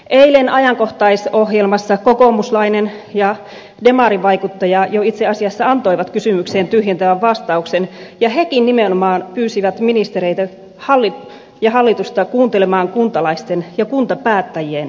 eilen ajankohtaisohjelmassa kokoomuslainen ja demarivaikuttaja jo itse asiassa antoivat kysymykseen tyhjentävän vastauksen ja hekin nimenomaan pyysivät ministereitä ja hallitusta kuuntelemaan kuntalaisten ja kuntapäättäjien ääntä